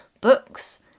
books